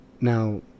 Now